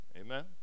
Amen